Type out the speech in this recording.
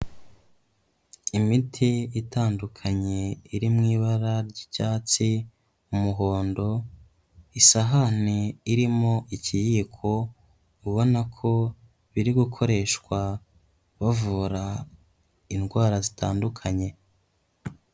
Imiti itandukanye iri mu ibara ry'icyatsi, umuhondo, isahani irimo ikiyiko ubona ko biri gukoreshwa bavura indwara zitandukanye.